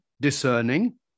discerning